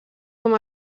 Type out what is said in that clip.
com